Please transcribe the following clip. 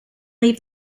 leave